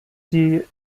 die